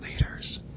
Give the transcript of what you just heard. leaders